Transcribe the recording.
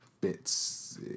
bits